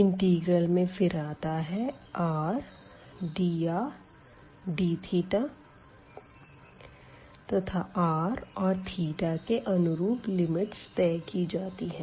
integral में फिर आता है r dr dθ तथा r और के अनुरूप लिमिटस तय की जाती है